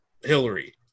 Hillary